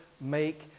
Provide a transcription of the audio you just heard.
make